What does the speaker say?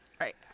Right